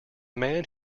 man